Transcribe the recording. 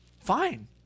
fine